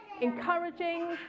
encouraging